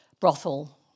brothel